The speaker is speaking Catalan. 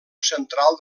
central